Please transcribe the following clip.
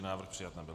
Návrh přijat nebyl.